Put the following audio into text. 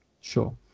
Sure